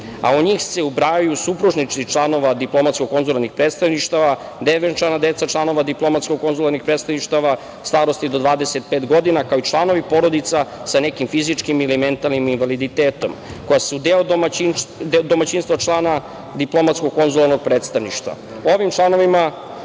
a u njih se ubrajaju supružnici članova diplomatsko konzularnih predstavništava, nevenčana deca članova diplomatsko konzularnih predstavništava starosti do 25 godina, kao i članovi porodica sa nekim fizičkim ili mentalnim invaliditetom, koja su deo domaćinstva člana diplomatsko konzularnog predstavništva. Ovim članovima